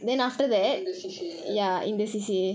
in the C_C_A okay